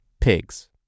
pigs